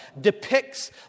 depicts